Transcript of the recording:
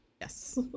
Yes